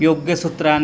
योग्य सूत्रान